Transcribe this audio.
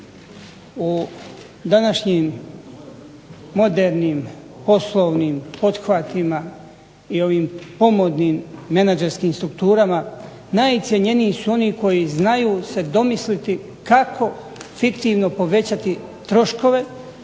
u današnjim modernim poslovnim pothvatima i ovim pomodnim menadžerskim strukturama najcjenjeniji su oni koji se znaju domisliti kako fiktivno povećati troškove,